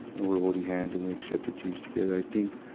and we were holding hands, and we accepted jesus together. i think,